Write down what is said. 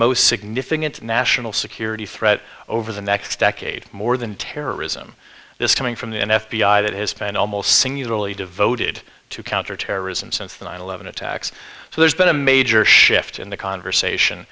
most significant national security threat over the next decade more than terrorism this coming from the f b i that has been almost singularly devoted to counterterrorism since the nine eleven attacks so there's been a major shift in the conversation